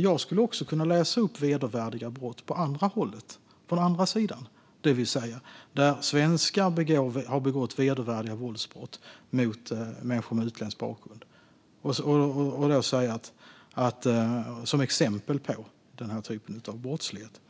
Jag skulle också kunna läsa upp vedervärdiga brott som begåtts på det andra hållet, det vill säga där svenskar har begått vedervärdiga våldsbrott mot människor med utländsk bakgrund som exempel på den typen av brottslighet.